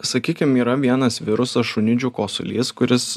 sakykim yra vienas virusas šunidžių kosulys kuris